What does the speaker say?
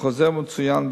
בחוזר מצוין,